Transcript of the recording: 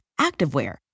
activewear